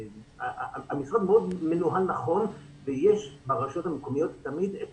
המשרד מאוד מנוהל נכון ויש ברשויות המקומיות תמיד את